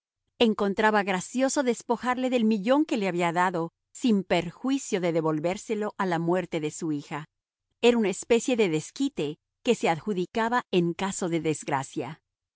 encontraba gracioso despojarle del millón que le había dado sin perjuicio de devolvérselo a la muerte de su hija era una especie de desquite que se adjudicaba en caso de desgracia